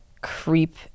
creep